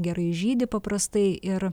gerai žydi paprastai ir